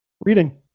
reading